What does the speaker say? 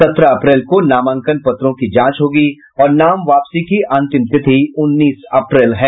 सत्रह अप्रैल को नामांकन पत्रों की जांच होगी और नाम वापसी की अंतिम तिथि उन्नीस अप्रैल है